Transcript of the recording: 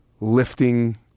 lifting